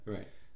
Right